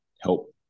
help